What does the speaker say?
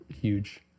huge